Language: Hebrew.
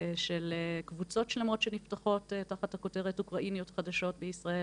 של קבוצות שלמות שנפתחות תחת הכותרת "אוקראיניות חדשות בישראל",